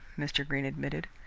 mr. greene admitted,